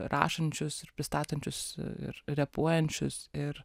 rašančius ir pristatančius ir repuojančius ir